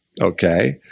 Okay